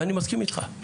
ואני מסכים איתך,